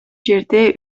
жерде